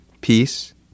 peace